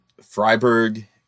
Freiburg